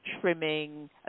trimming